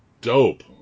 dope